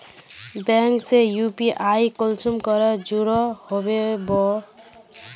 Bank से UPI कुंसम करे जुड़ो होबे बो?